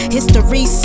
History